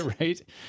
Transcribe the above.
right